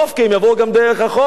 כי הם יבואו גם דרך החוף.